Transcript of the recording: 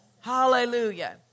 Hallelujah